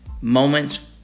moments